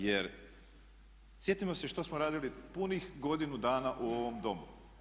Jer sjetimo se što smo radili punih godinu dana u ovom Domu.